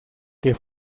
que